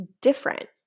different